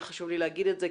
וחשוב לי להגיד את זה,